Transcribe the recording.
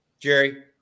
Jerry